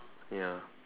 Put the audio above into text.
ya